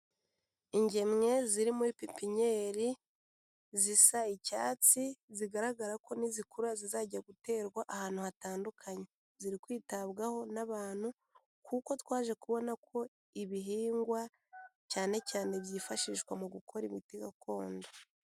Ingemwe ziri muri pipiniyeri zisa icyatsi, zigaragara ko nizikura zizajya guterwa ahantu hatandukanye. Ziri kwitabwaho n'abantu, kuko twaje kubona ko ibihingwa cyane cyane byifashishwa mu gukora imiti gakondo.